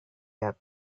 have